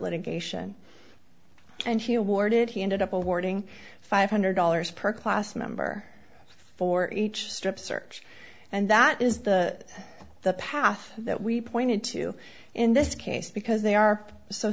litigation and he'll warded he ended up awarding five hundred dollars per class member for each strip search and that is the the path that we pointed to in this case because they are so